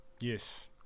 yes